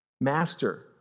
Master